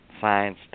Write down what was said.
Science